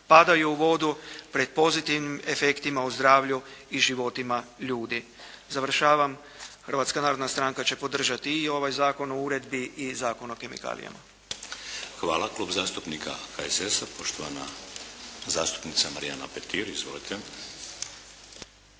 padaju u vodu pred pozitivnim efektima o zdravlju i životima ljudi. Završavam. Hrvatska narodna stranka će podržati i ovaj Zakon o uredbi i Zakon o kemikalijama. **Šeks, Vladimir (HDZ)** Hvala. Klub zastupnika HSS-a poštovana zastupnica Marijana Petir. Izvolite.